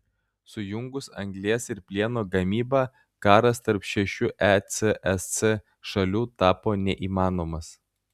sujungus anglies ir plieno gamybą karas tarp šešių ecsc šalių tapo neįmanomas